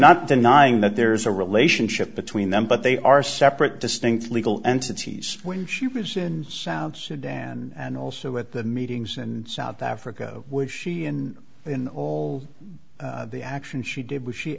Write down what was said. not denying that there is a relationship between them but they are separate distinct legal entities when she was in south sudan and also at the meetings and south africa was she in in all the action she did was she